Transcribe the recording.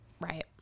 Right